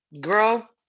Girl